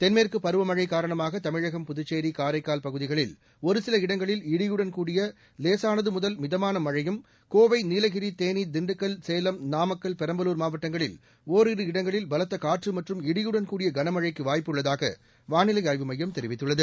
தென்மேற்கு பருவமழை காரணமாக தமிழகம் புதுச்சேரி காரைக்கால் பகுதிகளில் ஒருசில இடங்களில் இடியுடன் கூடிய லேசானது முதல் மிதமான மழையும் கோவை நீலகிரி தேனி திண்டுக்கல் சேலம் நாகமக்கல் பெரம்பலூர் மாவட்டங்களில் ஓரி இடங்களில் பலத்த காற்று மற்றும் இடியுடன் கூடிய கனமழைக்கு வாய்ப்பு உள்ளதாக வானிலை ஆய்வு மையம் தெரிவித்துள்ளது